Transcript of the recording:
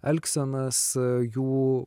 elgsenas jų